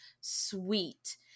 sweet